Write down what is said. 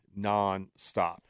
nonstop